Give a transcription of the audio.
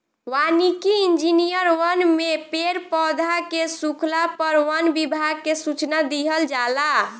वानिकी इंजिनियर वन में पेड़ पौधा के सुखला पर वन विभाग के सूचना दिहल जाला